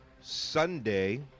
sunday